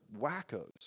wackos